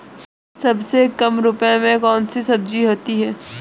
सबसे कम रुपये में कौन सी सब्जी होती है?